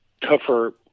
tougher